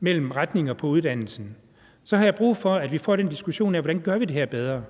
mellem retninger på uddannelsen, så har jeg brug for, at vi får den diskussion af, hvordan vi gør det her bedre.